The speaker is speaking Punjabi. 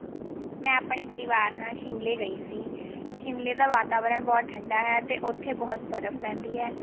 ਮੈਂ ਆਪਣੇ ਪਰਿਵਾਰ ਨਾਲ਼ ਸ਼ਿਮਲੇ ਗਈ ਸੀ ਸ਼ਿਮਲੇ ਦਾ ਵਾਤਾਵਰਨ ਬਹੁਤ ਠੰਡਾ ਹੈ ਅਤੇ ਉੱਥੇ ਬਹੁਤ ਬਰਫ਼ ਪੈਂਦੀ ਹੈ